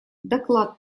доклад